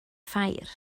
ffair